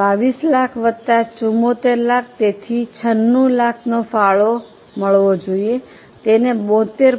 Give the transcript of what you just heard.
2200000 વત્તા 7400000 તેથી 9600000 નો ફાળો મળવું જોઇએ તેને 72